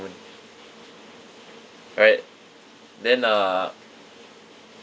right then uh